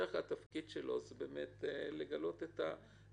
בדרך כלל תפקיד השוטר הוא לגלות את הפושעים,